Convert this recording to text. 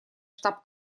штаб